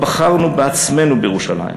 לא בחרנו בעצמנו בירושלים,